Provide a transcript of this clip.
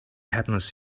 happens